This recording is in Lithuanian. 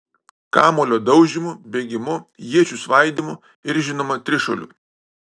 kamuolio daužymu bėgimu iečių svaidymu ir žinoma trišuoliu